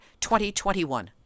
2021